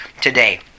today